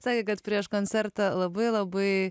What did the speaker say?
sakė kad prieš koncertą labai labai